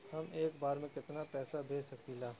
हम एक बार में केतना पैसा भेज सकिला?